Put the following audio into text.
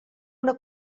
una